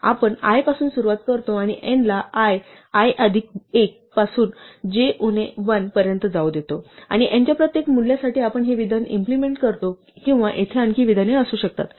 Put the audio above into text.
आपण i पासून सुरुवात करतो आणि n ला i i अधिक 1 पासून j उणे 1 पर्यंत जाऊ देतो आणि n च्या प्रत्येक मूल्यासाठी आपण हे विधान इम्प्लिमेंट करतो किंवा येथे आणखी विधाने असू शकतात